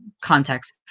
context